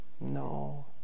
no